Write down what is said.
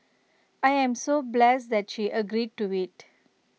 I'm so blessed that she agreed to IT